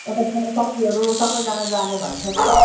तपाईँको अरू साथीहरू सबैजना जाने भन्छ त